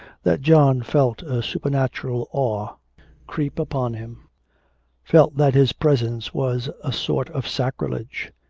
that john felt a supernatural awe creep upon him felt that his presence was a sort of sacrilege.